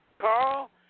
Carl